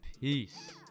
peace